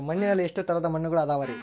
ಮಣ್ಣಿನಲ್ಲಿ ಎಷ್ಟು ತರದ ಮಣ್ಣುಗಳ ಅದವರಿ?